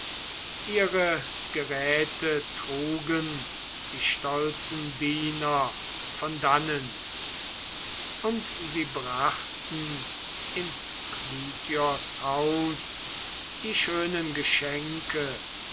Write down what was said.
ihre geräte trugen die stolzen diener von dannen und sie brachten in klytios haus die schönen geschenke